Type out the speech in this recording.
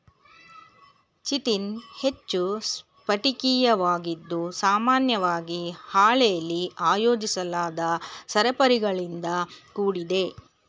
chitin ಹೆಚ್ಚು ಸ್ಫಟಿಕೀಯವಾಗಿದ್ದು ಸಾಮಾನ್ಯವಾಗಿ ಹಾಳೆಲಿ ಆಯೋಜಿಸಲಾದ ಸರಪಳಿಗಳಿಂದ ಕೂಡಿದೆ